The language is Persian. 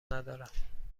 ندارم